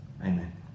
amen